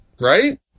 Right